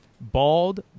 bald